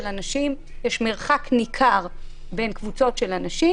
אנשים יש מרחק ניכר בין קבוצות של אנשים